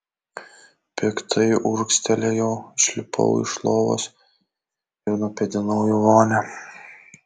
piktai urgztelėjau išlipau iš lovos ir nupėdinau į vonią